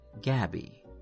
Gabby